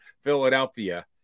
Philadelphia –